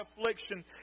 affliction